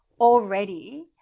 already